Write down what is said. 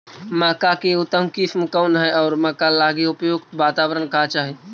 मक्का की उतम किस्म कौन है और मक्का लागि उपयुक्त बाताबरण का चाही?